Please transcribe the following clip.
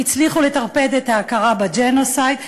הצליחו לטרפד את ההכרה בג'נוסייד.